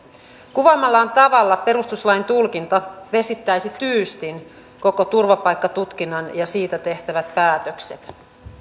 kuvaamallaan tavalla perustuslain tulkinta vesittäisi tyystin koko turvapaikkatutkinnan ja siitä tehtävät päätökset